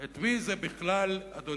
את מי זה בכלל מעניין?